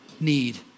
need